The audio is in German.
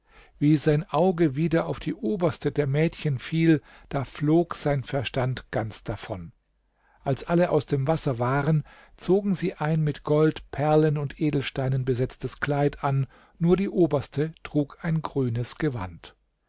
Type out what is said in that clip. wie sein auge wieder auf die oberste der mädchen fiel da flog sein verstand ganz davon als alle aus dem wasser waren zogen sie ein mit gold perlen und edelsteinen besetztes kleid an nur die oberste trug ein grünes gewand